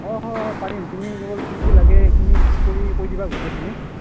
অঁ অঁ পাৰিম তুমি কেৱল কি কি লাগে সেইখিনি ঠিক কৰি কৈ দিবা গোটেইখিনি